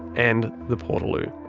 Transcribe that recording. and the portaloo.